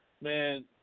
man